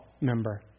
member